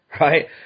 right